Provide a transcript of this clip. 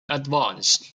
advance